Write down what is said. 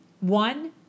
one